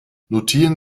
notieren